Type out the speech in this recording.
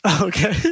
Okay